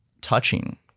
touching